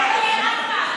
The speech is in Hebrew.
בושה, תתבייש.